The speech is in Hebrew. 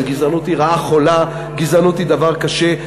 גזענות היא רעה חולה, גזענות היא דבר קשה.